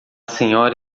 senhora